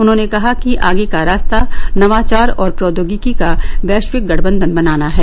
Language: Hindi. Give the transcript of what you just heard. उन्होंने कहा कि आगे का रास्ता नवाचार और प्रौद्योगिकी का वैश्विक गठबंधन बनाना है